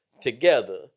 together